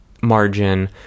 margin